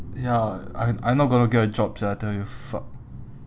ya I I not gonna get a job sia I tell you fuck